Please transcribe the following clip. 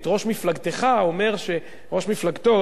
ראש מפלגתך אומר שראש מפלגתו,